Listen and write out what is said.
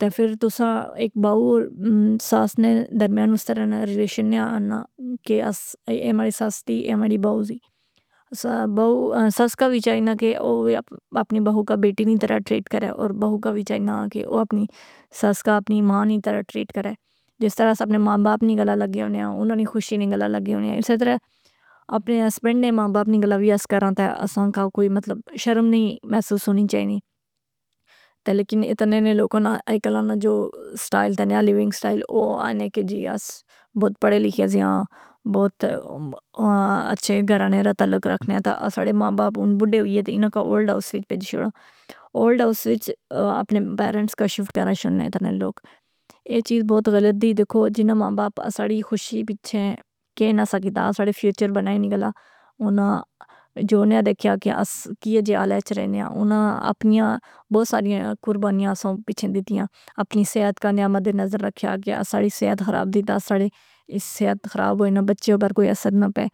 تہ فر توساں ایک بہو اور ساس نے درمیان اس طرح نہ ریلیشن نیا انا کہ اس اے ماڑی ساس دی اے ماڑی بہو زی۔ ساس کا وی چائینا کہ او وی اپنی بہو کا بیٹی نی طرح ٹریٹ کرے اور بہو کا وی چائینا کہ او اپنی ساس کا اپنی ماں نیں طرح ٹریٹ کرے۔ جس طرح اساں اپنے ماں باپ نی گلا لگے ہونیاں اناں نی خوشی نی گلا لگے ہونیاں۔ اسے طرح اپنے ہسبنڈ نے ماں باپ نی گلا وی اس کراں تہ اساں کا کوئی مطلب شرم نہیں محسوس ہونی چائنی۔ تہ لیکن اتنے نے لوکاں نہ اج کل اخنا جو سٹائل تنیا لیونگ سٹائل او آنے کہ جی اس بہت پڑھے لکھے سیاں۔ بہت اچھے گھرانے را تعلق رکھنے تا اساڑے ماں باپ ان بڈے ہوئی گۓ تہ اناں کا اولڈ ہاؤس وچ بھیجی شوڑا۔ اولڈ ہاؤس وچ اپنے پیرنٹس کا شفٹ کرا شوڑنے تہ نے لوگ۔ اے چیز بہت غلط دی۔ دیکھو جنہاں ماں باپ اساڑی خوشی بچھے کہ نہ سہ کیتا۔ اساڑے فیوچر بناۓ نی گلا اناں جو نیا دیکھیا کہ اس کیے جے حالے اچ رہنیاں۔ اناں اپنیاں بہت ساریاں قربانیاں اساں پچھے دیتیاں۔ اپنی صحت کا نیا مدے نظر رکھیا کہ اساڈی صحت خراب دی تہ اساڑی صحت خراب ہوۓ نہ بچے اپر کوئی اثر نہ پہ۔